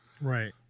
right